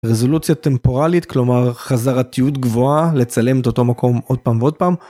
רזולוציה טמפורלית כלומר חזרתיות גבוהה לצלם את אותו מקום עוד פעם ועוד פעם